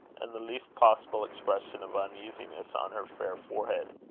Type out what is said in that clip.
and the least possible expression of uneasiness on her fair forehead.